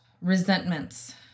resentments